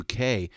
UK